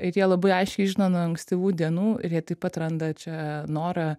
ir jie labai aiškiai žino nuo ankstyvų dienų ir jie taip pat randa čia norą